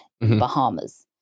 Bahamas